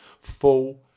Full